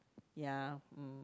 ya mm